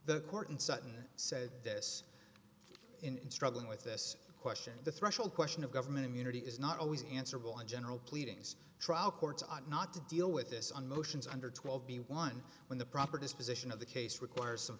the court and sutton said this in struggling with this question the threshold question of government immunity is not always answerable in general pleadings trial courts are not to deal with this on motions under twelve b one when the proper disposition of the case requires some